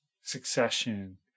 succession